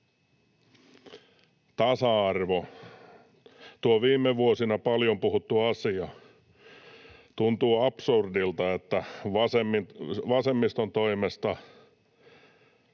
Tasa-arvo, tuo viime vuosina paljon puhuttu asia — tuntuu absurdilta, että vasemmiston toimesta